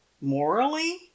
morally